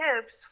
tips